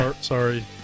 Sorry